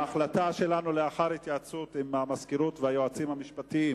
ההחלטה שלנו לאחר התייעצות עם המזכירות והיועצים המשפטיים